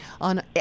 on